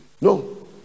No